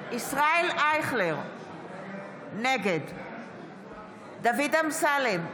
ישראל אייכלר, נגד דוד אמסלם,